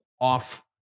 off